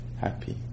happy